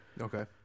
Okay